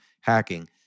hacking